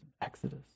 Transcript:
Exodus